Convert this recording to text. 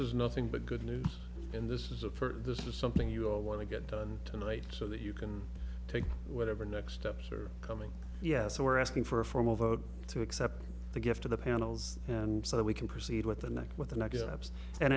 is nothing but good news in this is a further this is something you all want to get done tonight so that you can take whatever next steps are coming yes so we're asking for a formal vote to accept the gift of the panels and so that we can proceed with the next with the negatives and